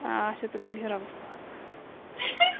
آ اچھا تُلِو بِہِو رۄبَس حوالہٕ